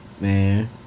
Man